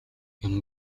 энэ